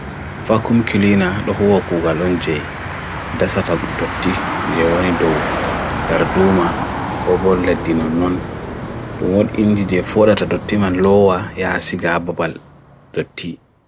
Vakum kili na dohu wa kuga lon jyei, desata doti jye oni dou, derduma kobol le dinon non, dumon injidiye folata doti man loa ya asigababal doti.